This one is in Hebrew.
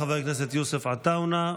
חבר הכנסת יוסף עטאונה,